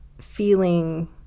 feeling